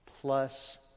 plus